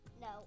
No